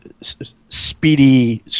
speedy